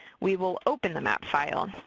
we will open the map file.